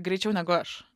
greičiau negu aš